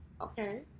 okay